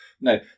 No